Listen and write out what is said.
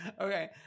okay